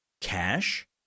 Cash